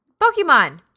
Pokemon